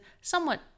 somewhat